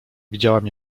widziałam